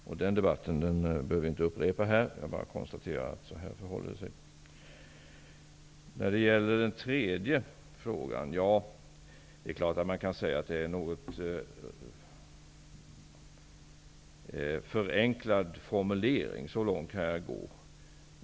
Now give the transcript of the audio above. Den debatten behöver jag inte upprepa här. Jag bara konstaterar hur det förhåller sig. När det gäller den tredje frågan är det klart att man kan säga att det rör sig om en förenklad formulering. Så långt kan jag gå.